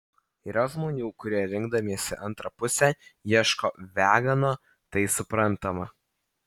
yra žmonių kurie rinkdamiesi antrą pusę ieško vegano tai suprantama